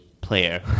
player